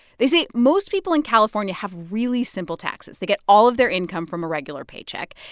they say, most people in california have really simple taxes. they get all of their income from a regular paycheck,